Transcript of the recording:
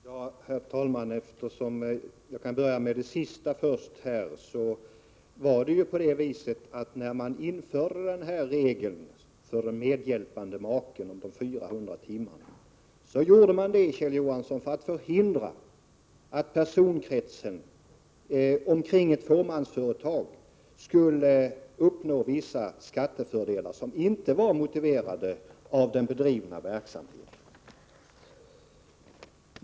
Herr talman! Låt mig börja med det senast anförda. När man införde regeln om 400 timmar för medhjälpande make gjorde man det, Kjell Johansson, för att förhindra att personkretsen kring ett fåmansföretag skulle uppnå vissa skattefördelar som inte var motiverade av den bedrivna verksamheten.